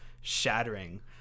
shattering